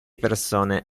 persone